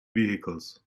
vehicles